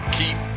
keep